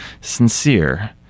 sincere